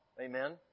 Amen